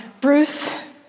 Bruce